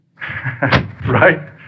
Right